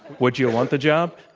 would you want the job?